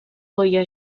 goya